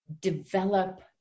develop